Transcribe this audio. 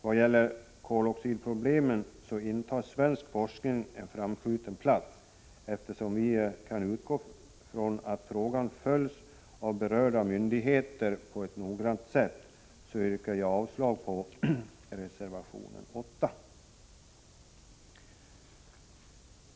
Vad gäller koloxidproblemet intar svensk forskning en framskjuten plats. 99 Eftersom vi kan utgå från att frågan följs av berörda myndigheter på ett noggrant sätt, yrkar jag avslag på reservation 8.